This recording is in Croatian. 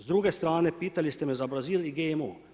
S druge strne pitali ste me za Brazil i GMO.